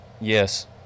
Yes